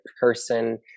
person